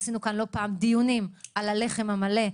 ערכנו כאן לא פעם דיונים על הלחם המלא,